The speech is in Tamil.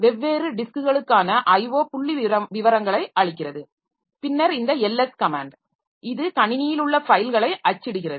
வெவ்வேறு டிஸ்க்களுக்கான IO புள்ளிவிவரங்களை அளிக்கிறது பின்னர் இந்த ls கமேன்ட் இது கணினியில் உள்ள ஃபைல்களை அச்சிடுகிறது